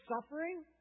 suffering